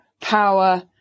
power